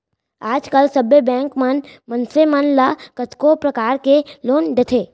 आज काल सबे बेंक मन मनसे मन ल कतको परकार के लोन देथे